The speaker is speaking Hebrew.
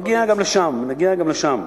נגיע גם לשם, נגיע גם לשם.